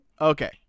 Okay